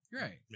Right